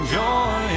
joy